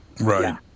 right